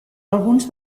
alguns